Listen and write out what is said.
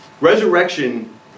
Resurrection